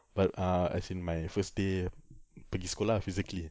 but err as in my first day pergi sekolah physically